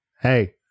Hey